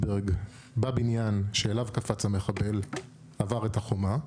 בבניין שאליו קפץ המחבל ועבר את החומה.